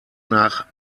nach